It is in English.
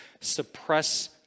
suppress